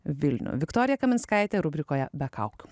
vilnių viktorija kaminskaitė rubrikoje be kaukių